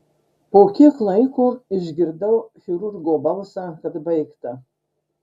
po kiek laiko išgirdau chirurgo balsą kad baigta